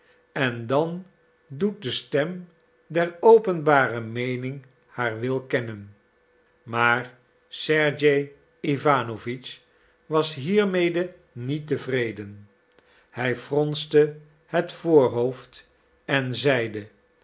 en dan doet de stem der openbare meening haar wil kennen maar sergej iwanowitsch was hiermede niet tevreden hij fronste het voorhoofd en zeide